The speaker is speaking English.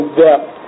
depth